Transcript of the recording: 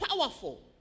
powerful